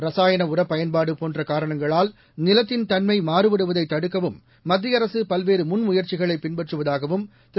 ரசாயண உர பயன்பாடு போன்ற காரணங்களால் நிலத்தின் தன்மை மாறுபடுவதைத் தடுக்கவும் மத்திய அரசு பல்வேறு முன்முயற்சிகளை பின்பற்றுவதாகவும் திரு